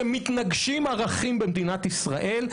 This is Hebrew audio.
שמתנגשים ערכים במדינת ישראל.